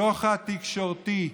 שוחד תקשורתי.